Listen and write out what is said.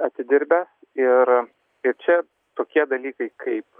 atidirbę ir ir čia tokie dalykai kaip